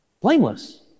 Blameless